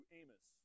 Amos